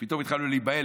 פתאום התחלנו להיבהל,